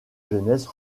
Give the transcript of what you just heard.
jeunesse